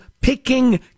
picking